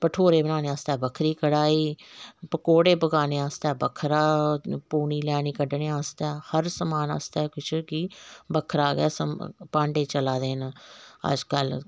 भठोरे बनाने आस्तै बक्खरी कडाही पकौडे़ बनाने आस्तै बक्खरा पूनी लैनी कड्ढने आस्तै हर समान आस्तै किश कि बक्खरा गै भांडे चला दे न अज्जकल